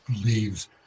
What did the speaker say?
believes